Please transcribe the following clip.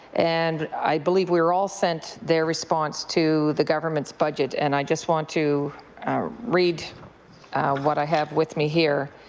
and i believe we're all sent their response to the government's budget. and i just want to read what i have with me here.